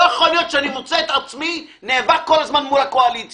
לא יכול להיות שאני מוצא את עצמי נאבק כל הזמן מול הקואליציה.